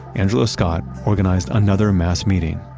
angelo scott organized another mass meeting.